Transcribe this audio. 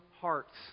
hearts